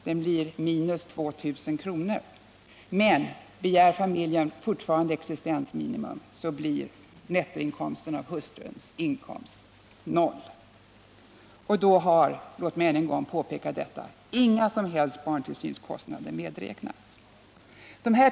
Den blir minus 2000 kr., men begär familjen existensminimum så blir nettoinkomsten av hustruns förvärvsarbete noll. Och då har — låt mig än en gång påpeka detta — inga som helst barntillsynskostnader medräknats.